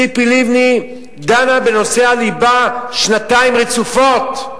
ציפי לבני דנה בנושאי הליבה שנתיים רצופות,